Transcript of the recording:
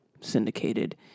syndicated